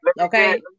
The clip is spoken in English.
okay